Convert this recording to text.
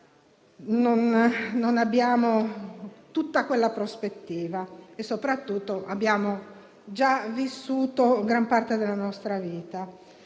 non abbiamo tutta questa prospettiva e soprattutto abbiamo già vissuto gran parte della nostra vita.